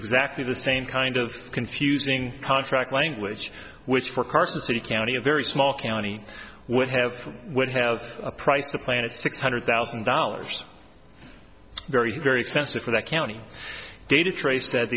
exactly the same kind of confusing contract language which for carson city county a very small county would have would have a price of planet six hundred thousand dollars very very expensive for that county data trace